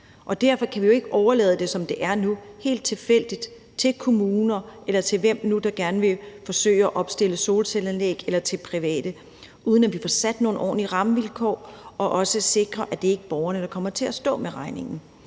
Og derfor kan vi jo ikke overlade det – som det er nu – helt tilfældigt til kommuner eller til hvem, der nu gerne vil forsøge at opstille solcelleanlæg, eller til private, uden at vi får sat nogle ordentlige rammevilkår og også sikrer, at det ikke er borgerne, der kommer til at stå med regningen.